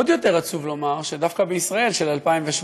עוד יותר עצוב לומר שדווקא בישראל של 2017,